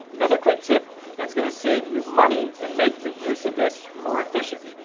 another quick tip that's gonna save you money and make the use of this more efficient.